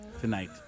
tonight